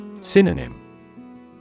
Synonym